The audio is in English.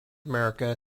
america